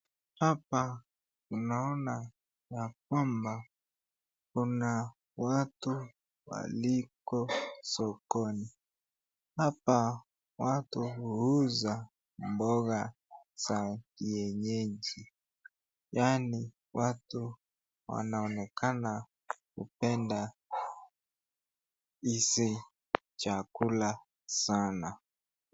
Hapa naona ya kwamba kuna watu waliko sokoni. Hapa watu huuza mboga za kienyeji, yaani watu wanaonekana hupenda hizi chakula sana.